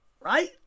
right